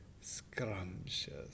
scrumptious